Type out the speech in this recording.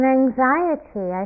anxiety